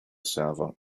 server